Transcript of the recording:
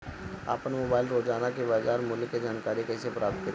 आपन मोबाइल रोजना के बाजार मुल्य के जानकारी कइसे प्राप्त करी?